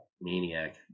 maniac